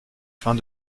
fins